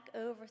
over